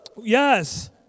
Yes